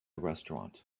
restaurant